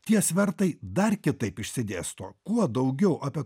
tie svertai dar kitaip išsidėsto kuo daugiau apie